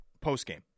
post-game